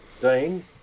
Dean